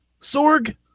Sorg